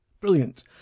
Brilliant